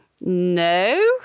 No